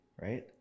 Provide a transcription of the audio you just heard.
right